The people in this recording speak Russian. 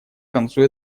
концу